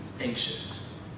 anxious